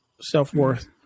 Self-worth